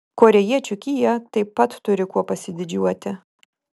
korėjiečių kia taip pat turi kuo pasididžiuoti